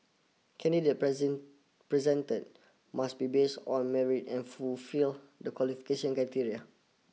candidate present presented must be based on merit and fulfil the qualification criteria